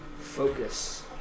focus